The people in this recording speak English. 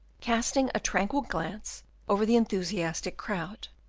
casting a tranquil glance over the enthusiastic crowd,